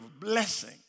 blessing